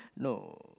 no